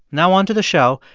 now onto the show.